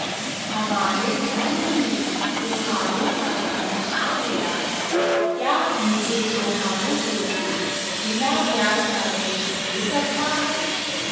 हमारे धर्म में त्योंहारो का समय आ गया है क्या मुझे त्योहारों के लिए बिना ब्याज का ऋण मिल सकता है?